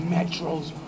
Metro's